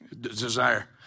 Desire